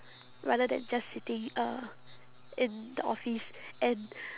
rather than just sitting uh in the office and